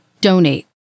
donate